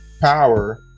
power